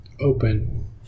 open